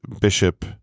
bishop